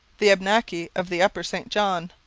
the abnaki of the upper st john,